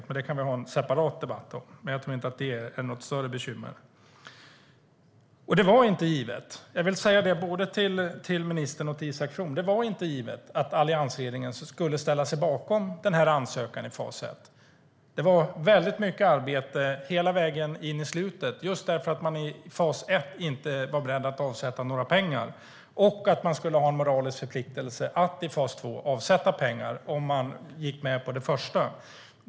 Men det kan vi ha en separat debatt om. Jag tror inte att det är något större bekymmer. Jag vill säga till både ministern och Isak From att det inte var givet att alliansregeringen skulle ställa sig bakom denna ansökan i fas ett. Det var väldigt mycket arbete hela vägen in i slutet, just därför att man inte var beredd att avsätta några pengar i fas ett men skulle ha en moralisk förpliktelse att avsätta pengar i fas två om man gick med på det första.